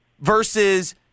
versus